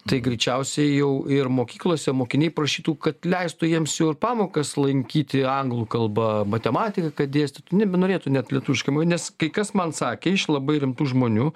tai greičiausiai jau ir mokyklose mokiniai prašytų kad leistų jiems jau ir pamokas lankyti anglų kalba matematiką kad dėstytų nebenorėtų net lietuviškai mo jau nes kai kas man sakė iš labai rimtų žmonių